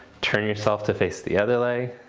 turn yourself to face the other leg.